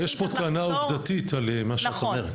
יש פה טענה עובדתית על מה שאת אומרת.